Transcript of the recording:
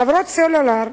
חברות סלולר,